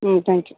ம் thank you